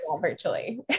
virtually